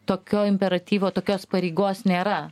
tokio imperatyvo tokios pareigos nėra